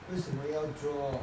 为什么要 drop